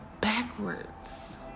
backwards